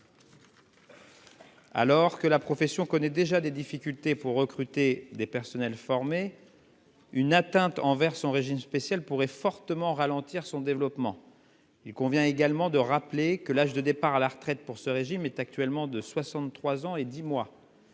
Alors que la profession connaît déjà des difficultés pour recruter des personnels formés, une atteinte à son régime spécial pourrait fortement ralentir son développement. Il convient également de rappeler que l'âge de départ à la retraite pour ce régime est actuellement de 63 ans et dix mois.